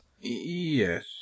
Yes